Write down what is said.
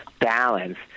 balance